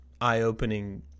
eye-opening